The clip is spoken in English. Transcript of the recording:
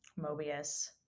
Mobius